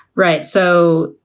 right. so,